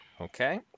Okay